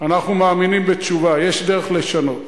אנחנו מאמינים בתשובה, יש דרך לשנות.